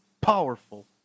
powerful